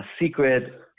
secret